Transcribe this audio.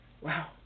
Wow